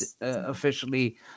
officially